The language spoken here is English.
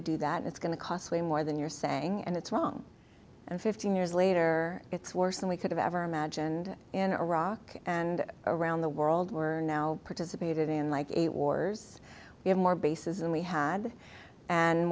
to do that it's going to cost way more than you're saying and it's wrong and fifteen years later it's worse than we could have ever imagined in iraq and around the world were now participated in like wars we have more bases and we had and